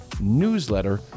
newsletter